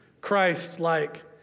Christ-like